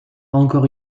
encore